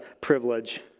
privilege